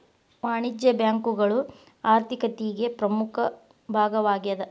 ವಾಣಿಜ್ಯ ಬ್ಯಾಂಕುಗಳು ಆರ್ಥಿಕತಿಗೆ ಪ್ರಮುಖ ಭಾಗವಾಗೇದ